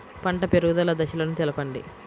పంట పెరుగుదల దశలను తెలపండి?